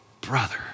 brother